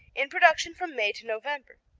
in production from may to november.